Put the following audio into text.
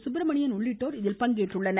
சுப்ரமணியன் உள்ளிட்டோர் இதில் பங்கேற்றுள்ளனர்